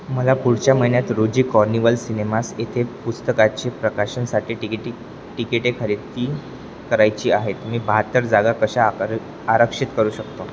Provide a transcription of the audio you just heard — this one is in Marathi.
मला पुढच्या महिन्यात रोजी कॉर्निवल सिनेमास येथे पुस्तकाचे प्रकाशनसाठी टिकिटी तिकिटे खरेदी करायची आहे तुम्ही बहात्तर जागा कशा आकर आरक्षित करू शकतो